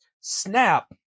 snap